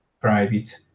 private